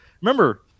Remember